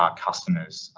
ah customers.